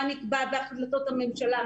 מה נקבע בהחלטות הממשלה,